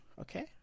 Okay